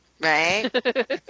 Right